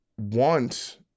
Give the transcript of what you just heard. want